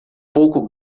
pouco